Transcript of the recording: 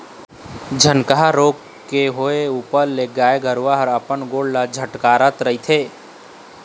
झनकहा रोग के होय ऊपर ले गाय गरुवा ह अपन गोड़ ल झटकारत रहिथे